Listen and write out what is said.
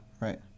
Right